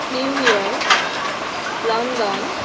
New York London